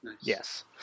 Yes